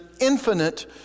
infinite